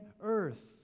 earth